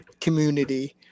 community